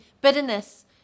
bitterness